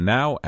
Now